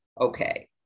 okay